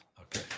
Okay